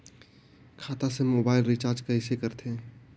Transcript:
खाता से mobile recharge कइसे करथे